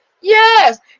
yes